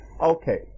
Okay